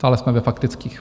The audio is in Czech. Stále jsme ve faktických.